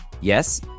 Yes